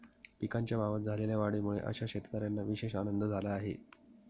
पिकांच्या भावात झालेल्या वाढीमुळे अशा शेतकऱ्यांना विशेष आनंद झाला आहे